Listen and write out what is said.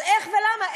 על איך ולמה?